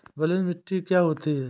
बलुइ मिट्टी क्या होती हैं?